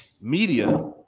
media